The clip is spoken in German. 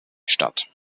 statt